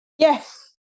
Yes